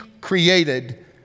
created